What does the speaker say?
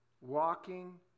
walking